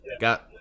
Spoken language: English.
got